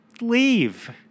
leave